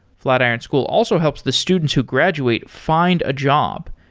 flatiron school also helps the students who graduate find a job.